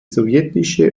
sowjetische